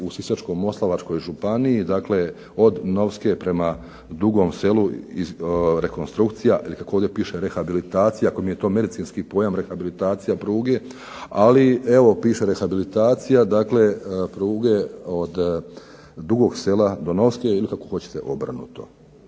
u Sisačko-moslavačkoj županiji od Novske prema Dugom selu, rekonstrukcije, iako ovdje piše rehabilitacija, iako je to medicinski pojam rehabilitacija pruge, ali piše rehabilitacija od Dugog Sela do Novske ili obrnuto.